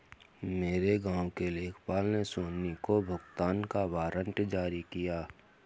मेरे गांव के लेखपाल ने सोनी को भुगतान का वारंट जारी किया